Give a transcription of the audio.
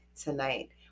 tonight